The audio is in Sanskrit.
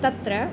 तत्र